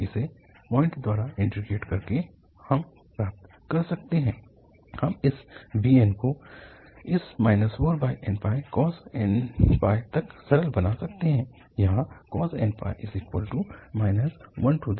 इसे पार्ट्स द्वारा इंटीग्रेट करके हम प्राप्त कर सकते हैं हम इस bn को इस 4nπcos nπ तक सरल बना सकते हैं जहाँ cos nπ 1n है